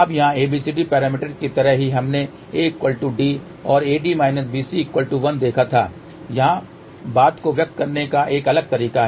अब यहाँ ABCD parameters की तरह ही हमने AD और AD BC1 देखा था यहाँ बात को व्यक्त करने का एक अलग तरीका है